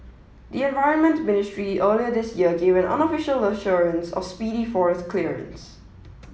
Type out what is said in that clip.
the environment ministry earlier this year gave an unofficial assurance of speedy forest clearance